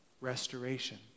restoration